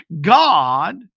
God